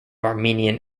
armenian